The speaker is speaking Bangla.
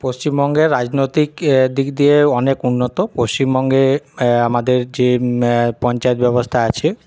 পশ্চিমবঙ্গে রাজনৈতিক দিক দিয়ে অনেক উন্নত পশ্চিমবঙ্গে আমাদের যে পঞ্চায়েত ব্যবস্থা আছে